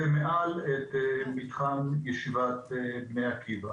ומעל רואים את מתחם ישיבת בני עקיבא.